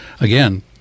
again